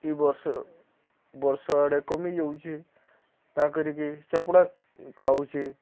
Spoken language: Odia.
ଇ ବର୍ଷ ବର୍ଷ ଆଡ଼େ କମିଯାଉଛେ କାଁ କରିକି ଚପ୍ଡ଼ା ଖାଉଛେ